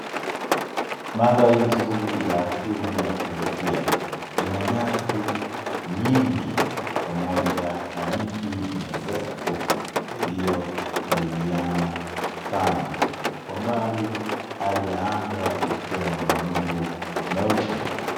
Mandhari nzuri ya asili ya kuvutia ina nyasi nyingi pamoja na miti mirefu iliyokaribiana sana. Kwa mbali hali ya anga ikiwa na mawingu meupe.